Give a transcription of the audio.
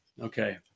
Okay